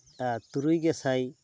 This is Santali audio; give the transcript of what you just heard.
ᱟᱨ ᱛᱩᱨᱩᱭ ᱜᱮ ᱥᱟᱭ